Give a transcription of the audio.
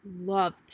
Love